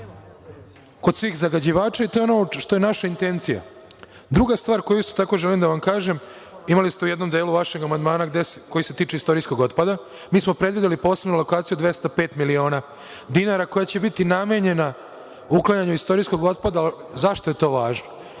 kod svih zagađivača. To je ono što je naša intencija. Druga stvar koju isto tako želim da vam kažem, imali ste u jednom delu vašeg amandmana koji se tiče istorijskog otpada, mi smo predvideli posebnu lokaciju 205 miliona dinara koja će biti namenjena uklanjanju istorijskog otpada. Zašto je to važno?